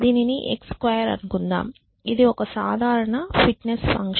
దీనిని x² అనుకుందాం ఇది ఒక సాధారణ ఫిట్నెస్ ఫంక్షన్